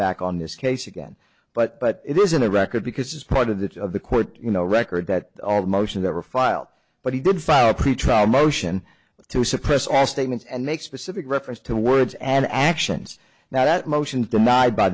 back on this case again but it isn't a record because as part of that of the court you know record that all motions ever filed but he did file a pretrial motion to suppress all statements and make specific reference to words and actions that motion denied by